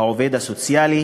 העובד הסוציאלי